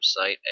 website